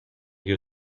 your